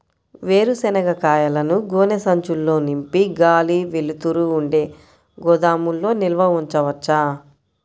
వేరుశనగ కాయలను గోనె సంచుల్లో నింపి గాలి, వెలుతురు ఉండే గోదాముల్లో నిల్వ ఉంచవచ్చా?